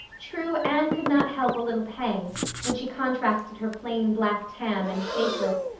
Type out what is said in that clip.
true, anne could not help a little pang when she contrasted her plain black tam and shapeless,